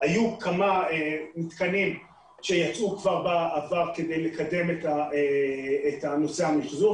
היו כמה מתקנים בעבר כדי לקדם את נושא המחזור.